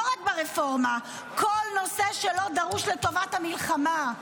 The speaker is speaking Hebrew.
לא רק ברפורמה, כל נושא שלא דרוש לטובת המלחמה.